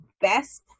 best